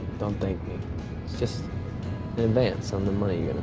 don't thank me. it's just an advance on the money